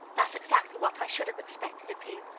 that's exactly what i should have expected of you.